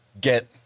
get